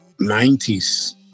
90s